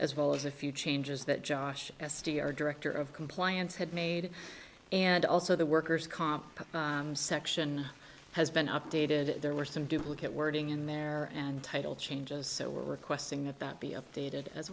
as well as a few changes that josh s t r director of compliance had made and also the worker's comp section has been updated there were some duplicate wording in there and title changes so we're requesting that that be updated as